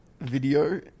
video